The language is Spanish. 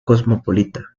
cosmopolita